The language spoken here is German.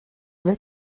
will